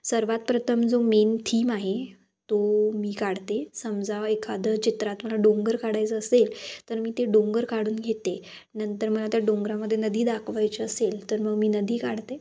सर्वात प्रथम जो मेन थीम आहे तो मी काढते समजा एखादं चित्रात मला डोंगर काढायचं असेल तर मी ते डोंगर काढून घेते नंतर मला त्या डोंगरामध्ये नदी दाखवायची असेल तर मग मी नदी काढते